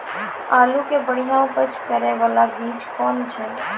आलू के बढ़िया उपज करे बाला बीज कौन छ?